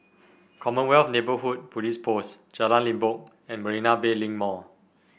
Commonwealth Neighbourhood Police Post Jalan Limbok and Marina Bay Link Mall